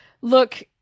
look